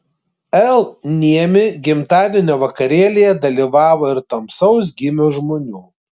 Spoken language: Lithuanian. l niemi gimtadienio vakarėlyje dalyvavo ir tamsaus gymio žmonių